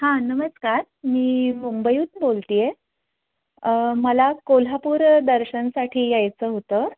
हां नमस्कार मी मुंबईहून बोलते आहे मला कोल्हापूर दर्शनसाठी यायचं होतं